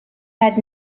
had